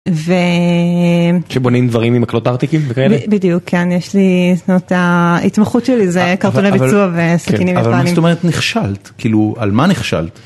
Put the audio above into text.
שבונים דברים עם אקלות ארטיקים וכאלה? בדיוק, יש לי את התמחות שלי, זה קרטוני ביצוע וסכינים יפנים. אבל מה זאת אומרת, נכשלת, על מה נכשלת?